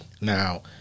Now